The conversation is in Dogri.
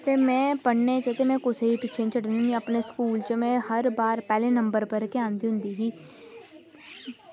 ते में पढ़ने च ते कुसै गी पिच्छें निं छड्डनी ऐं अपने स्कूल में हर बार पैह्ले नंबर पर गै आंदी होंदी ही